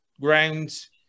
grounds